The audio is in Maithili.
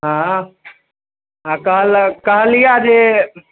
हँ आओर कहलऽ कहलिअ जे